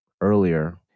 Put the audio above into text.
earlier